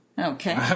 okay